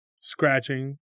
scratching